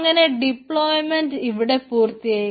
അങ്ങനെ ഡിപ്ലോയിമെൻറ് ഇവിടെ പൂർത്തിയായി